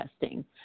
testing